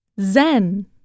Zen